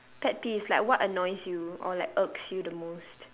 pet peeves like what annoys you or like irks you the most